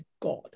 God